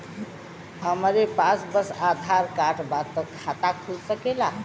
हमरे पास बस आधार कार्ड बा त खाता खुल सकेला?